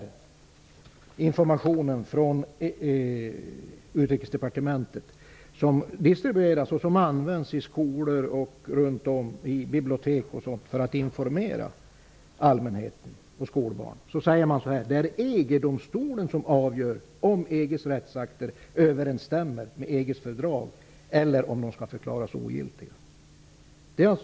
I den information från Utrikesdepartementet som distribueras till och används av skolor, bibliotek och allmänhet säger man: ''Det är EG-domstolen som avgör om EGs rättsakter överensstämmer med EGs fördrag eller om de ska förklaras ogiltiga.''